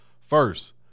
First